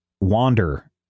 wander